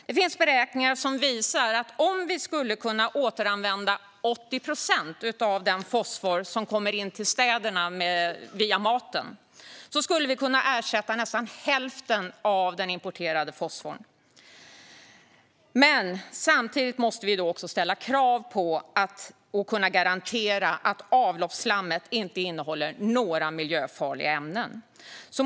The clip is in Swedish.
Det finns beräkningar som visar att om vi skulle kunna återanvända 80 procent av den fosfor som kommer in till städerna via maten skulle vi kunna ersätta nästan hälften av den importerade fosforn. Men samtidigt måste vi ställa krav på och kunna garantera att avloppsslammet inte innehåller några miljöfarliga ämnen.